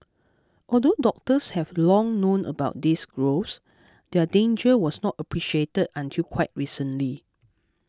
although doctors have long known about these growths their danger was not appreciated until quite recently